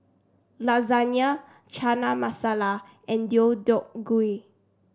Lasagna Chana Masala and Deodeok Gui